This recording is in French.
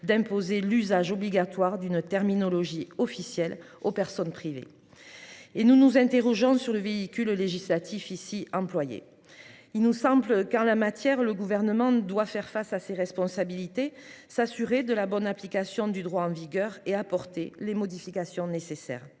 d’imposer l’usage obligatoire d’une terminologie officielle aux personnes privées. Nous nous interrogeons sur le véhicule législatif employé. En la matière, le Gouvernement doit faire face à ses responsabilités, s’assurer de la bonne application du droit en vigueur et apporter les modifications nécessaires.